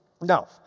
No